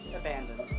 abandoned